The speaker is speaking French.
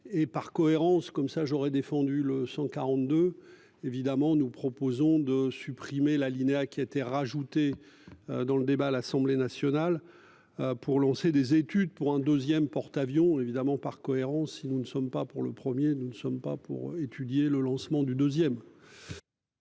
et par cohérence comme ça j'aurais défendu le 142. Évidemment, nous proposons de supprimer l'alinéa qui a été rajouté. Dans le débat à l'Assemblée nationale. Pour lancer des études pour un 2ème porte-avions évidemment par cohérence si nous ne sommes pas pour le premier, nous ne sommes pas pour étudier le lancement du 2ème.